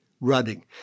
running